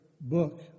book